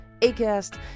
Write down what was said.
Acast